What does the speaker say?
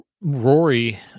Rory